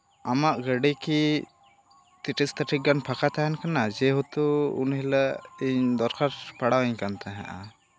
ᱟᱢᱟᱜ ᱜᱟᱹᱰᱤ ᱠᱤ ᱛᱤᱨᱤᱥ ᱛᱟᱹᱨᱤᱠᱷ ᱜᱟᱱ ᱯᱷᱟᱠᱟ ᱛᱟᱦᱮᱱ ᱠᱟᱱᱟ ᱡᱮᱦᱮᱛᱩ ᱩᱱ ᱦᱤᱞᱳᱜ ᱤᱧ ᱫᱚᱨᱠᱟᱨ ᱯᱟᱲᱟᱣᱟᱹᱧ ᱠᱟᱱ ᱛᱟᱦᱮᱸᱫᱼᱟ